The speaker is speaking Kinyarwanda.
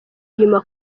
inyuma